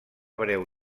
breu